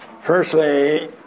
Firstly